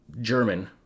German